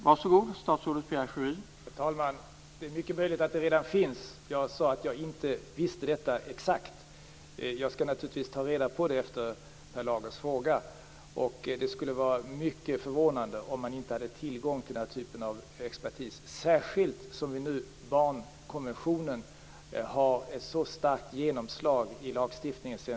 Herr talman! Det är mycket möjligt att den redan finns. Jag sade att jag inte visste detta exakt. Jag skall naturligtvis ta reda på det efter Per Lagers fråga. Det skulle vara mycket förvånande om man inte hade tillgång till den här typen av expertis, särskilt som barnkonventionen sedan den 1 januari har ett så starkt genomslag i lagstiftningen.